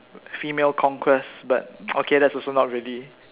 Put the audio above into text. female conquest but okay that's also not ready